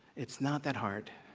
it's not that hard.